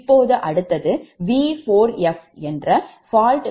இப்போது அடுத்தது V4f